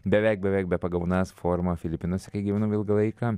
beveik beveik bepagaunantis formą filipinuose kai gyvenau ilgą laiką